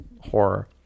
horror